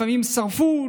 לפעמים שרפו,